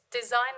design